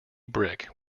brick